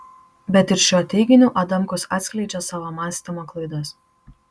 bet ir šiuo teiginiu adamkus atskleidžia savo mąstymo klaidas